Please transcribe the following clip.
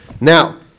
Now